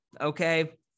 Okay